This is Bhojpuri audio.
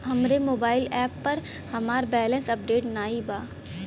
हमरे मोबाइल एप पर हमार बैलैंस अपडेट नाई बा